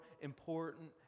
important